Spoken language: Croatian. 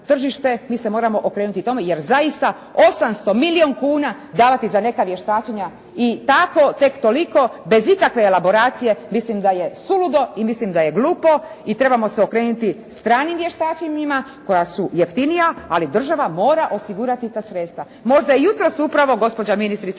Mi se moramo okrenuti tome jer zaista 800, milijun kuna davati za neka vještačenja i tako, tek toliko bez ikakve elaboracije mislim da je suludo i mislim da je glupo i trebamo se okrenuti stranim vještačenjima koja su jeftinija ali država mora osigurati ta sredstva. Možda je jutros upravo gospođa ministrica